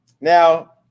Now